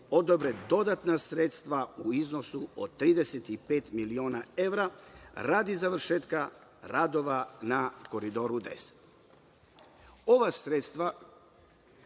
odobre dodatna sredstva u iznosu od 35 miliona evra, a radi završetka radova na Koridoru 10.Ova sredstva